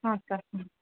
ಹಾಂ ಸರ್ ಹ್ಞೂ